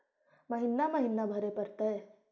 महिना महिना भरे परतैय?